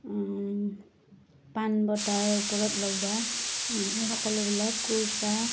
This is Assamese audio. পাণ বঁটাৰ ওপৰত লগোৱা এই সকলোবিলাক কোৰ্চা